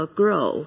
grow